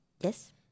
Yes